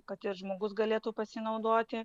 kad ir žmogus galėtų pasinaudoti